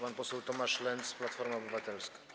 pan poseł Tomasz Lenz, Platforma Obywatelska.